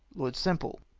lord semple.